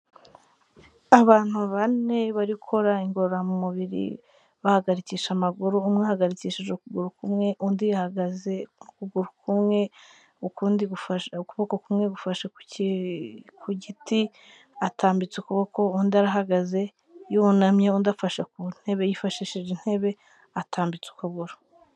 Abantu bane bari gukora ingororamubiri, bahagarikisha amaguru. Umwe ahagarikishije ukuguru kumwe, undi ahagaze ku kuguru kumwe, ukundi gufashe, ukuboko kumwe gufashe ku giti, atambitse ukuboko, undi aragaze, yunamye, undi afashe ku ntebe yifashishije intebe, atambitse ukuguru.